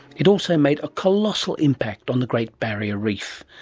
it also made a colossal impact on the great barrier reef.